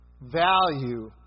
value